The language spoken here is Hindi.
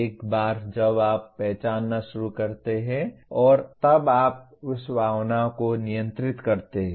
एक बार जब आप पहचानना शुरू करते हैं और तब आप उस भावना को नियंत्रित करते हैं